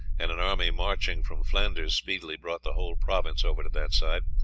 and an army marching from flanders speedily brought the whole province over to that side.